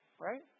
right